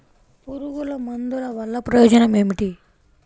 పురుగుల మందుల వల్ల ప్రయోజనం ఏమిటీ?